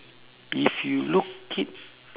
if you look it